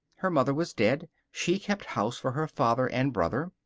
her mother was dead. she kept house for her father and brother.